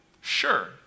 Sure